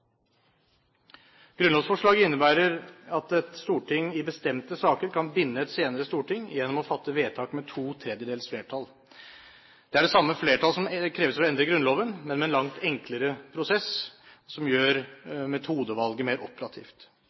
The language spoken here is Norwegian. innebærer at et storting i bestemte saker kan binde et senere storting gjennom å fatte vedtak med to tredjedels flertall. Det er det samme flertall som kreves for å endre Grunnloven, men med en langt enklere prosess som gjør metodevalget mer operativt.